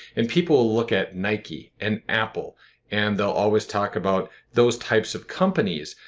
and people look at nike and apple and they'll always talk about those types of companies.